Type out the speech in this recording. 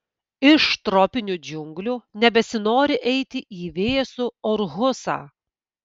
iš tropinių džiunglių nebesinori eiti į vėsų orhusą